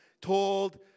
told